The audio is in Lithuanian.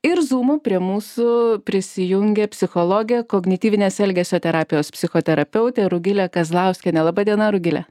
ir zoomu prie mūsų prisijungė psichologė kognityvinės elgesio terapijos psichoterapeutė rugilė kazlauskienė laba diena rugilė